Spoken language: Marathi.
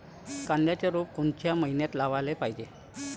कांद्याचं रोप कोनच्या मइन्यात लावाले पायजे?